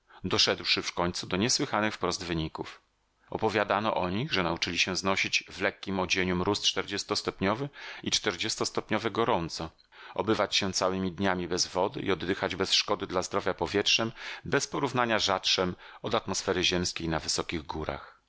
lat się oddawali doszedłszy w końcu do niesłychanych wprost wyników opowiadano o nich że nauczyli się znosić w lekkiem odzieniu mróz czterdziestostopniowy i czterdziestostopniowe gorąco obywać się całymi dniami bez wody i oddychać bez szkody dla zdrowia powietrzem bez porównania rzadszem od atmosfery ziemskiej na wysokich górach